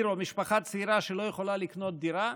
או משפחה צעירה שלא יכולה לקנות דירה,